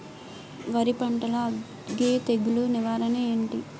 వరి పంటలో అగ్గి తెగులు నివారణ ఏంటి?